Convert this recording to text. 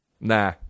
Nah